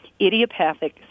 idiopathic